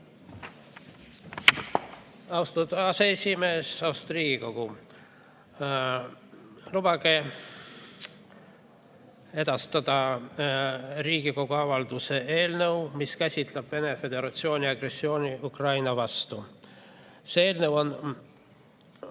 Austatud aseesimees! Austatud Riigikogu! Lubage edastada Riigikogu avalduse eelnõu, mis käsitleb Vene Föderatsiooni agressiooni Ukraina vastu. See eelnõu on